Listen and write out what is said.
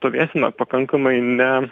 stovėsena pakankamai ne